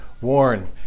Warn